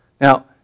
Now